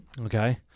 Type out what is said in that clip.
Okay